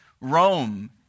Rome